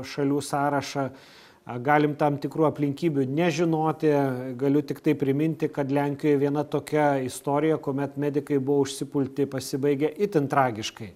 šalių sąrašą galim tam tikrų aplinkybių nežinoti galiu tiktai priminti kad lenkijoj viena tokia istorija kuomet medikai buvo užsipulti pasibaigė itin tragiškai